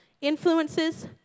influences